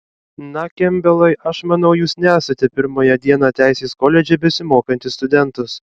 na kempbelai aš manau jūs nesate pirmąją dieną teisės koledže besimokantis studentas